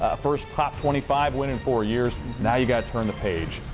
ah first top twenty five win in four years. now you've got to turn the page.